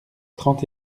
trente